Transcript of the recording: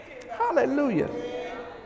Hallelujah